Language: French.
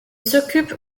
s’occupe